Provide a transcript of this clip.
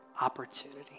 opportunity